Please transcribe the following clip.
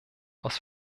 aus